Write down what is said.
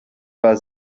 war